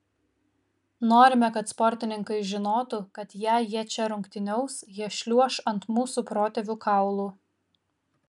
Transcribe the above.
norime kad sportininkai žinotų kad jei jie čia rungtyniaus jie šliuoš ant mūsų protėvių kaulų